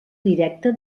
directa